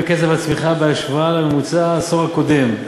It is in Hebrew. חלה האטה משמעותית בקצב הצמיחה בהשוואה לממוצע העשור הקודם: